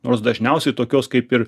nors dažniausiai tokios kaip ir